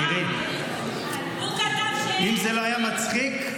תראי -- הוא כתב ----- אם זה לא היה מצחיק,